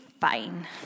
fine